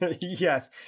yes